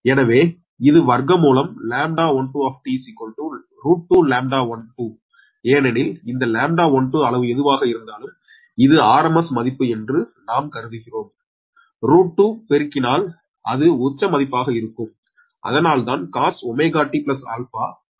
எனவே இது வர்க்கமூலம் λ12 √2λ12 ஏனெனில் இந்த λ12 அளவு எதுவாக இருந்தாலும் இது RMS மதிப்பு என்று நாம் கருதுகிறோம் √2 பெருக்கினால் அது உச்ச மதிப்பாக இருக்கும் அதனால்தான் cos 𝜔t 𝛼 ஆல் பெருக்கப்படுகிறது